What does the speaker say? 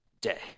day